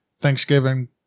Thanksgiving